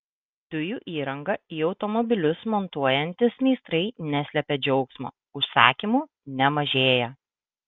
dujų įrangą į automobilius montuojantys meistrai neslepia džiaugsmo užsakymų nemažėja